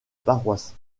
paroisse